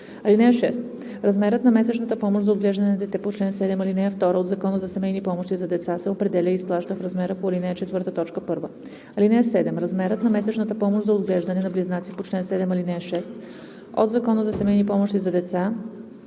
ал. 4. (6) Размерът на месечната помощ за отглеждане на дете по чл. 7, ал. 2 от Закона за семейни помощи за деца се определя и изплаща в размера по ал. 4, т. 1. (7) Размерът на месечната помощ за отглеждане на близнаци по чл. 7, ал. 6 от Закона за семейни помощи за деца